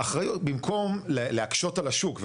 במקום להקשות על השוק,